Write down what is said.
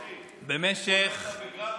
אחי, הוא קונה אותו בגרמים.